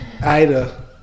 Ida